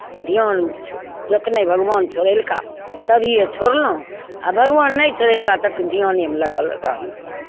धियान जखने भगवान छोड़ेलका तभिए छोड़लहुँ आ भगवान नहि छोड़ेलका तऽ अपन धियानेमे लगल रहलहुँ